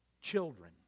children